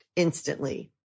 Instantly